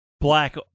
Black